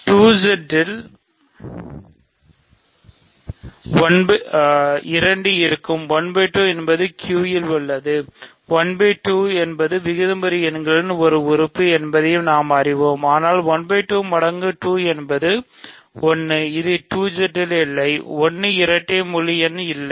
2Z ல் 2 இருக்கும் I 2 என்பது Q ல் உள்ளது என்பதையும் 1 2 என்பது விகிதமுறு எண்களின் ஒரு உறுப்பு என்பதையும் நாம் அறிவோம் ஆனால் 1 2 மடங்கு 2 என்பது 1 இது 2Z இல் இல்லை 1 இரட்டை முழு எண் இல்லை